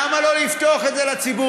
למה לא לפתוח את זה לציבור?